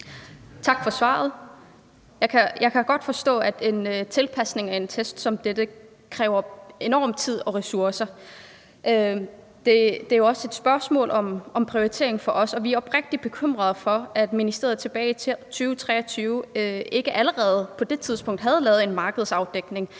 Tak for svaret. Jeg kan godt forstå, at en tilpasning af en test som denne kræver enormt meget tid og ressourcer. Det er jo også et spørgsmål om prioritering for os, og vi er oprigtigt bekymrede for, at ministeriet tilbage i 2023 ikke allerede på det tidspunkt havde lavet en markedsafdækning,